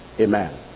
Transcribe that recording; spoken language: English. Amen